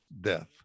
death